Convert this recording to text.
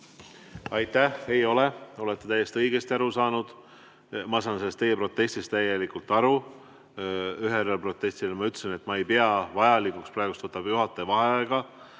Aitäh! Ei ole, olete täiesti õigesti aru saanud. Ma saan sellest teie protestist täielikult aru. Ühele protestijale ma ütlesin, et ma ei pea vajalikuks, et praegu võtab juhataja vaheaega,